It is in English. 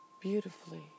Beautifully